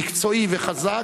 מקצועי וחזק,